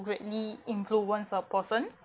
greatly influence a person